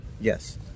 Yes